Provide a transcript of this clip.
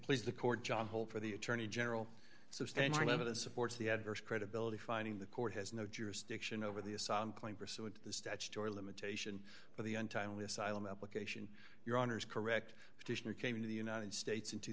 please the court john holt for the attorney general substantial evidence supports the adverse credibility finding the court has no jurisdiction over the asylum claim pursuant to the statutory limitation but the untimely asylum application your honour's correct petitioner came into the united states in two